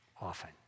often